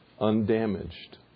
undamaged